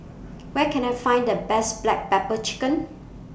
Where Can I Find The Best Black Pepper Chicken